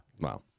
Wow